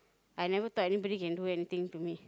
I never thought anybody can do anything to me